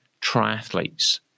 triathletes